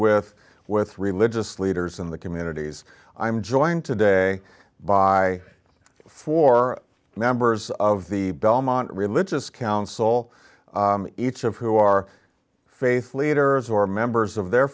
with with religious leaders in the communities i'm joined today by four members of the belmont religious council it's of who are faith leaders or members of their